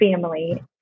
family